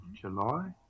July